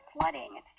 flooding